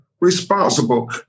responsible